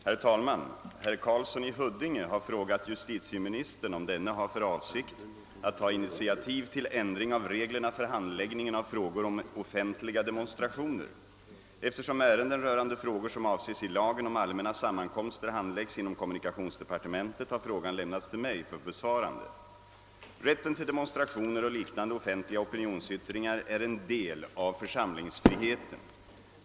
Herr talman! Herr Karlsson i Huddinge har frågat justitieministern om denne har för avsikt att ta initiativ till ändring av reglerna för handläggningen av frågor om offentliga demonstrationer. Eftersom ärenden rörande frågor som avses i lagen om allmänna sammankomster. handläggs inom kommunikationsdepartementet har frågan lämnats till mig för besvarande. Rätten till demonstrationer och liknande offentliga opinionsyttringar är en del av församlingsfriheten.